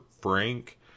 Frank